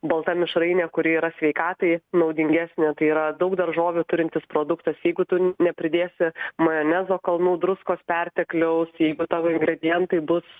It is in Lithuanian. balta mišrainė kuri yra sveikatai naudingesnė tai yra daug daržovių turintis produktas jeigu tu nepridėsi majonezo kalnų druskos pertekliaus jeigu tavo ingredientai bus